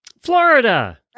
Florida